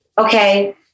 okay